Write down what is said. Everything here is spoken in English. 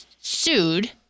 sued